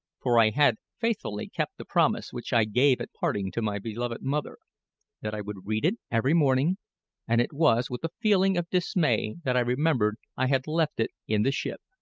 for i had faithfully kept the promise which i gave at parting to my beloved mother that i would read it every morning and it was with a feeling of dismay that i remembered i had left it in the ship.